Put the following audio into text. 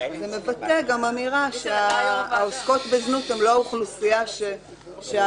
זה גם מבטא אמירה שהעוסקות בזנות הן לא האוכלוסייה שהרשויות